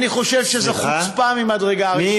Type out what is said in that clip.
אני חושב שזו חוצפה ממדרגה ראשונה.